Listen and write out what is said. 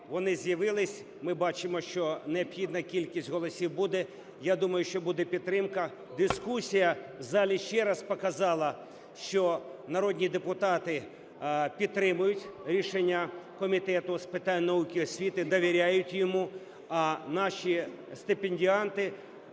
вони з'явились. Ми бачимо, що необхідна кількість голосів буде. Я думаю, що буде підтримка. Дискусія в залі ще раз показала, що народні депутати підтримують рішення Комітету з питань науки і освіти, довіряють йому. А наші стипендіати,